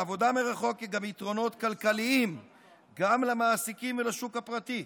לעבודה מרחוק גם יתרונות כלכליים גם למעסיקים ולשוק הפרטי.